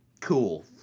cool